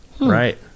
Right